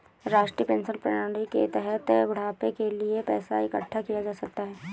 राष्ट्रीय पेंशन प्रणाली के तहत बुढ़ापे के लिए पैसा इकठ्ठा किया जा सकता है